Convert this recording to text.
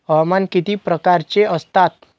हवामान किती प्रकारचे असतात?